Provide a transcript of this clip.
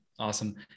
Awesome